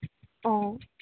অঁ